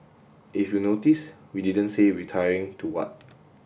if you notice we didn't say retiring to what